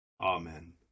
Amen